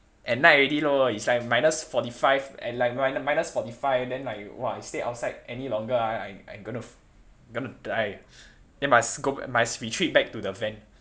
at night already lor it's like minus forty five and like minus forty five then like !wah! stay outside any longer ah I I'm gonna I'm gonna die then must go must retreat back to the van